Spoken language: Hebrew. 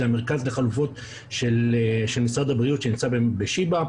זה המרכז לחלופות של משרד הבריאות שנמצא בשיבא.